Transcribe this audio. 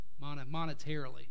monetarily